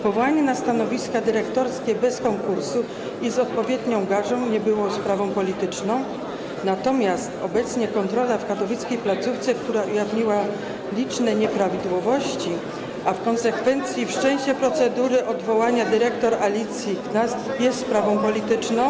Powołanie na stanowiska dyrektorskie bez konkursu i z odpowiednią gażą nie było sprawą polityczną, natomiast obecnie kontrola w katowickiej placówce, która ujawniła liczne nieprawidłowości, a w konsekwencji wszczęcie procedury odwołania dyrektor Alicji Knast, jest sprawą polityczną?